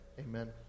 amen